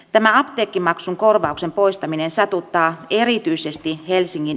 tämä apteekkimaksun korvauksen poistaminen satuttaa erityisesti helsingin